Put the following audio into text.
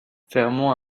fermons